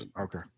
Okay